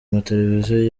mateleviziyo